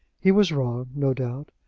he was wrong no doubt.